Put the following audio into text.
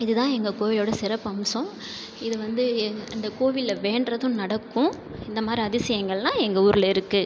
இதுதான் எங்கள் கோவிலோட சிறப்பம்சம் இது வந்து எங் இந்த கோவிலில் வேண்டுறதும் நடக்கும் இந்த மாதிரி அதிசயங்கள்லாம் எங்கள் ஊரில் இருக்கு